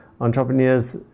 entrepreneurs